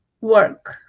work